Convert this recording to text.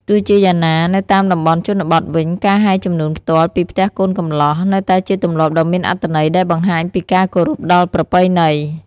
ទោះជាយ៉ាងណា នៅតាមតំបន់ជនបទវិញ ការហែជំនូនផ្ទាល់ពីផ្ទះកូនកំលោះ នៅតែជាទម្លាប់ដ៏មានអត្ថន័យដែលបង្ហាញពីការគោរពដល់ប្រពៃណី។